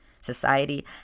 Society